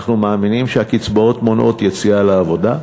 אנחנו מאמינים שהקצבאות מונעות יציאה לעבודה,